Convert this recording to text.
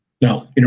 No